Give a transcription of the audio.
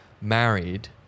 married